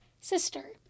sister